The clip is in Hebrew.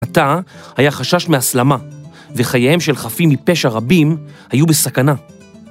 עתה היה חשש מהסלמה, וחייהם של חפים מפשע רבים היו בסכנה.